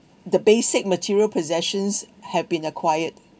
the basic material possessions had been a quiet